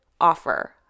offer